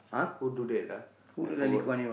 who do that ah I forgot